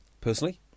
personally